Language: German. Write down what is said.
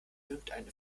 irgendeinen